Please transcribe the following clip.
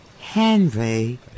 Henry